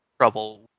trouble